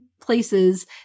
places